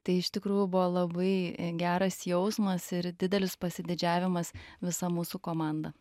tai iš tikrųjų buvo labai geras jausmas ir didelis pasididžiavimas visa mūsų komanda